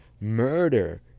Murder